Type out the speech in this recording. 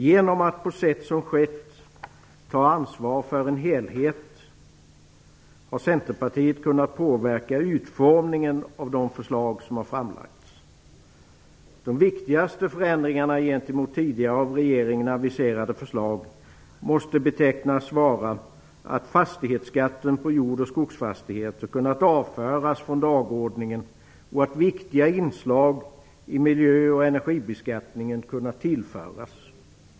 Genom att på sätt som skett ta ansvar för en helhet har Centerpartiet kunnat påverka utformningen av de förslag som har framlagts. De viktigaste förändringarna gentemot tidigare av regeringen aviserade förslag måste betecknas vara att fastighetsskatten på jord och skogsfastigheter kunnat avföras från dagordningen och att viktiga inslag i miljö och energibeskattningen kunnat tillföras.